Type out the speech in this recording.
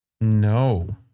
No